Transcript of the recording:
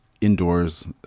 indoors